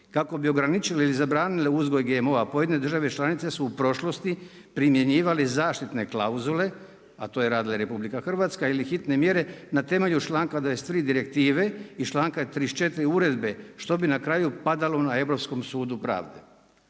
Kako bi ograničile ili zabranile uzgoj GMO-a pojedine države članice su u prošlosti primjenjivali zaštitne klauzule, a to je radila i RH ili hitne mjere na temelju članka 23. Direktive i članka 34. Uredbe što bi na kraju padalo na Europskom sudu pravde.